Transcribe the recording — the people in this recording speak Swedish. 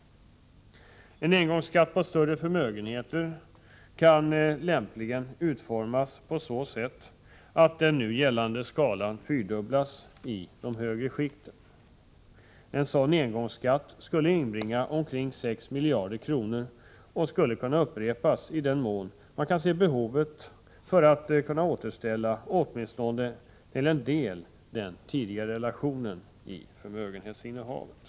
En engångsskatt på större förmögenheter kan lämpligen utformas på så sätt att beloppen i den nu gällande skalan fyrdubblas i de högre skikten. En sådan engångsskatt skulle inbringa omkring 6 miljarder kronor och skulle kunna upprepas i den mån man kan se behovet för att åtminstone till en del återställa den tidigare relationen i förmögenhetsinnehavet.